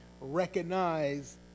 recognize